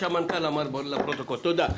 תודה.